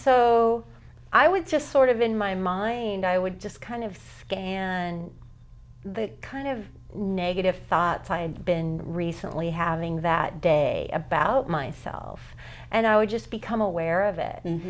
so i would just sort of in my mind i would just kind of scale and the kind of negative thoughts i had been recently having that day about myself and i would just become aware of it